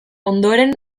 ondoren